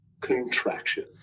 contraction